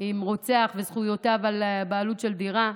על רוצח וזכויותיו בבעלות על דירה.